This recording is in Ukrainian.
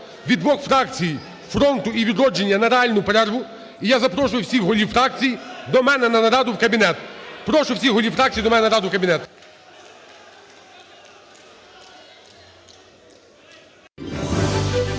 від двох фракцій – "Фронту" і "Відродження" – на реальну перерву. І я запрошую всіх голів фракцій до мене на нараду в кабінет. Прошу всіх голів фракцій до мене на нараду в кабінет.